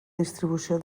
distribució